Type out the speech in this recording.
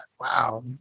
wow